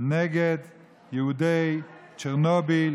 נגד יהודי צ'רנוביל,